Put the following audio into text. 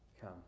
come